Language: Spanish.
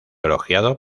elogiado